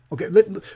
Okay